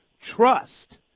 trust